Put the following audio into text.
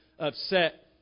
upset